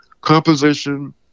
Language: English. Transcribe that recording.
composition